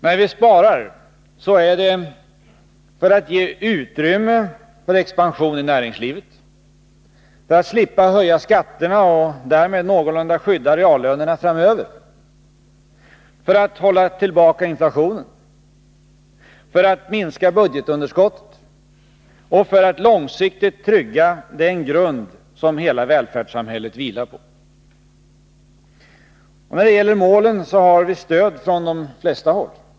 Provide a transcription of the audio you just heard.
När vi sparar så är det för att ge utrymme för expansion i näringslivet, för att slippa höja skatterna och därmed någorlunda skydda reallönerna framöver, för att hålla tillbaka inflationen, för att minska budgetunderskottet, och för att långsiktigt trygga den grund som hela välfärdssamhället vilar på. När det gäller målen har vi stöd från de flesta håll.